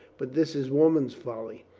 but this is woman's folly.